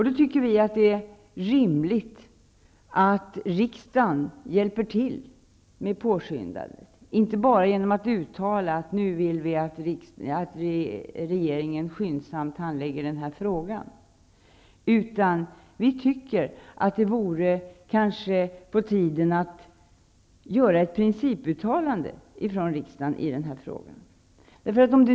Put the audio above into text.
Då tycker vi att det är rimligt att riksdagen hjälper till med ett påskyndande -- inte bara genom att uttala att vi vill att regeringen skyndsamt handlägger frågan, utan det vore på tiden att riksdagen gör ett principuttalande.